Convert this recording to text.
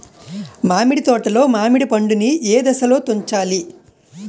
మామిడి తోటలో మామిడి పండు నీ ఏదశలో తుంచాలి?